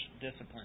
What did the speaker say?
discipline